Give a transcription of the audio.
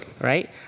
right